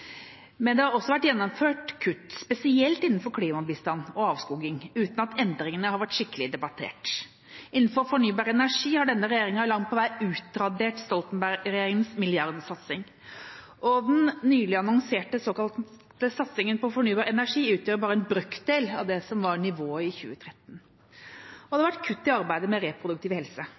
Men det har også vært gjennomført kutt, spesielt innenfor klimabistand og avskoging, uten at endringene har vært skikkelig debattert. Innenfor fornybar energi har denne regjeringa langt på vei utradert Stoltenberg-regjeringas milliardsatsing. Den nylig annonserte såkalte satsingen på fornybar energi utgjør bare en brøkdel av nivået i 2013, og det har vært kutt i arbeidet med reproduktiv helse.